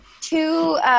two